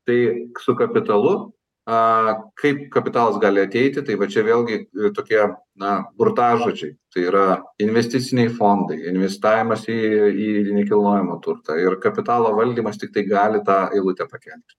tai su kapitalu aaa kaip kapitalas gali ateiti tai va čia vėlgi tokie na burtažodžiai tai yra investiciniai fondai investavimas į į nekilnojamą turtą ir kapitalo valdymas tiktai gali tą eilutę pakenlti